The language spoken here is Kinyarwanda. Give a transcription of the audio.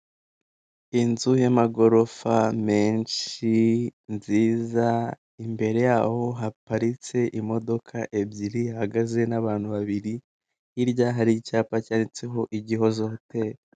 Inzu y'amagorofa menshi nziza imbere yaho haparitse imodoka ebyiri, hahagaze n'abantu babiri, hirya hari icyapa cyanditseho igihozo hoteri.